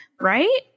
right